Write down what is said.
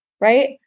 right